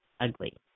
ugly